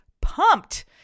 pumped